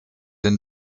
den